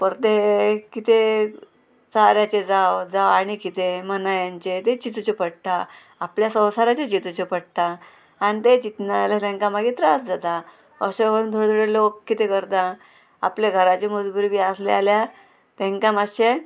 परतें कितें साऱ्याचें जावं जावं आणी कितें मनायांचे तें चिंतूचे पडटा आपल्या संवसाराचे चिंतूचे पडटा आनी तें चिंतना जाल्यार तेंकां मागीर त्रास जाता अशें करून थोडे थोडे लोक कितें करता आपल्या घराचे मजबुरी बी आसली जाल्यार तेंकां मातशें